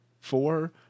four